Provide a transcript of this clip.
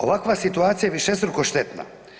Ovakva situacija je višestruko štetna.